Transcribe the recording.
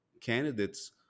candidates